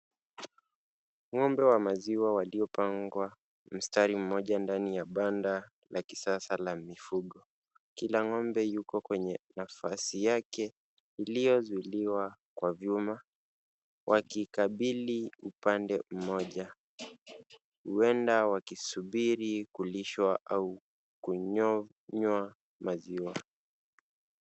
Ng'ombe wa maziwa waliopangwa mstari mmoja ndani ya banda la kisasa la mifugo. Kila ng'ombe yuko kwenye nafasi yake iliyozuiliwa kwa vyuma, wakikabili upande mmoja. Huenda wakisubiri kulishwa au kunyonywa maziwa.